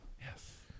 yes